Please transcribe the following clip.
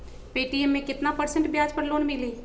Paytm मे केतना percent ब्याज पर लोन मिली?